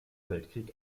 weltkrieg